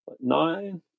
Nine